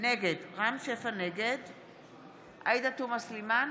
נגד עאידה תומא סלימאן,